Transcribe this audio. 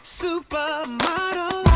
supermodel